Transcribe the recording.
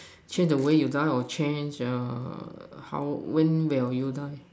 change the way you die or change err how when will you die